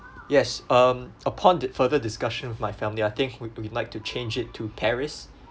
yes um upon the further discussion with my family I think we'd we'd like to change it to paris